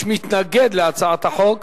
יש מתנגד להצעת החוק,